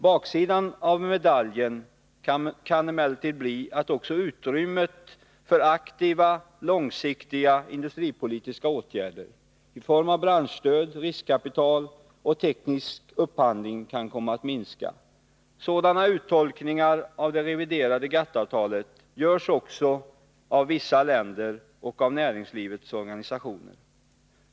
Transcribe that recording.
Baksidan av medaljen kan emellertid bli att också utrymmet för aktiva, långsiktiga industripolitiska åtgärder i form av branschstöd, riskkapital och teknisk upphandling kan komma att minska. Sådana uttolkningar av det reviderade GATT-avtalet görs också av vissa länder och av näringslivets organisationer.